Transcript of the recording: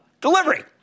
Delivery